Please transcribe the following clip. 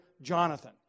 Jonathan